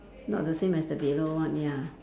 not the same as the below one ya